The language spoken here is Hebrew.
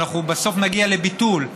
בסוף נגיע לביטול,